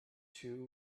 two